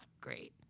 great